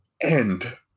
end